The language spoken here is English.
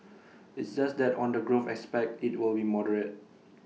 it's just that on the growth aspect IT will be moderate